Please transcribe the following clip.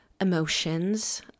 emotions